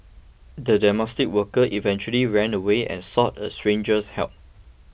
the domestic worker eventually ran away and sought a stranger's help